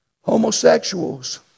homosexuals